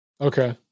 Okay